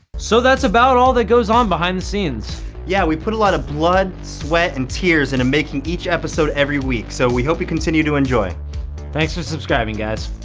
so that's about all that goes on behind the scenes yeah, we put a lot of blood, sweat, and tears into and making each episode every week, so we hope you continue to enjoy thanks for subscribing, guys.